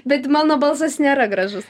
bet mano balsas nėra gražus